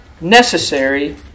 necessary